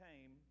came